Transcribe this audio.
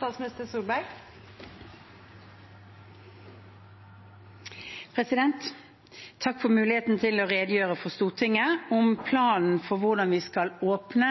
da omme. Takk for muligheten til å redegjøre for Stortinget om planen for hvordan vi skal åpne